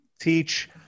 teach